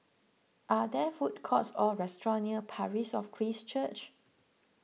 are there food courts or restaurants near Parish of Christ Church